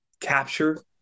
capture